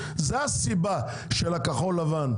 זה הסיבה של הכחול לבן,